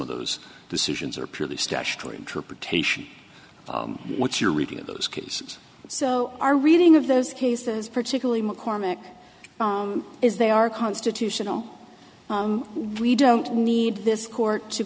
of those decisions are purely stashed or interpretation what's your reading of those cases so our reading of those cases particularly mccormick is they are constitutional we don't need this court to